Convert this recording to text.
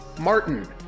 Martin